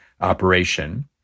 operation